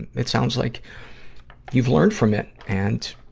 and it sounds like you've learned from it, and,